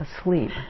asleep